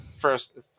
first